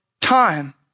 time